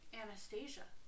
Anastasia